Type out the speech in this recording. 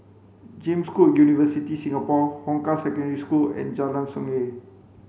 James Cook University Singapore Hong Kah Secondary School and Jalan Sungei